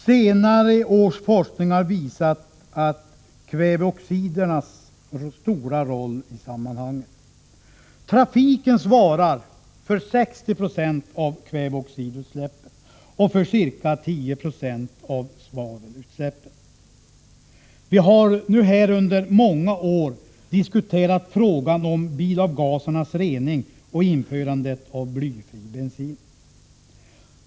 Senare års forskning har visat kväveoxidernas stora roll i sammanhanget. Trafiken svarar för ca 60 26 av kväveoxidutsläppen och för ca 10 970 av svavelutsläppen. Vi har under många år diskuterat frågan om bilavgasernas rening och införandet av blyfri bensin.